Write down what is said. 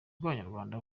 bw’abanyarwanda